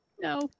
No